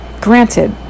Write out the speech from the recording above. Granted